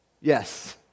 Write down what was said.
yes